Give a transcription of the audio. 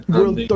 World